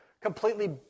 completely